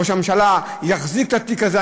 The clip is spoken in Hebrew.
ראש הממשלה יחזיק את התיק הזה,